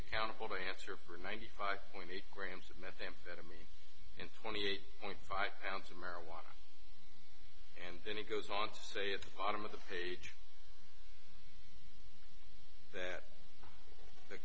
accountable to answer for ninety five point eight grams of methamphetamine and twenty eight point five pounds of marijuana and then it goes on to say it's bottom of the page that the